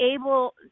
able